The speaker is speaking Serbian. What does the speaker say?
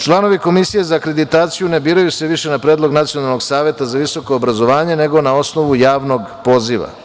Članovi Komisije za akreditaciju ne biraju se više na predlog Nacionalnog saveta za visoko obrazovanje nego na osnovu javnog poziva.